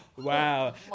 Wow